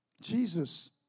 Jesus